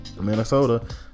minnesota